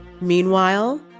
Meanwhile